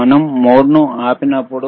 మనం మోడ్ను ఆపివేసినప్పుడు